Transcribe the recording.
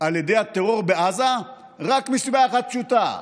על ידי הטרור בעזה רק מסיבה אחת פשוטה: